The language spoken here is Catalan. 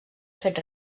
fet